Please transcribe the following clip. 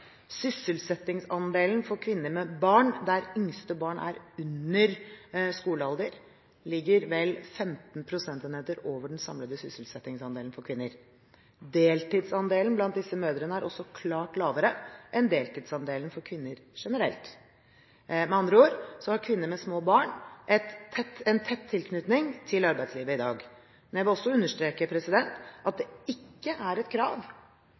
Sysselsettingsandelen for kvinner med barn der yngste barn er under skolealder, ligger vel 15 prosentenheter over den samlede sysselsettingsandelen for kvinner. Deltidsandelen blant disse mødrene er også klart lavere enn deltidsandelen for kvinner generelt. Med andre ord har kvinner med små barn en tett tilknytning til arbeidslivet i dag. Jeg vil også understreke at det ikke er et krav